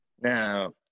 Now